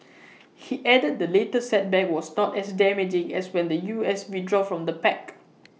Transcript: he added the latest setback was not as damaging as when the U S withdrew from the pact